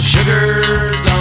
Sugar's